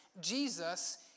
Jesus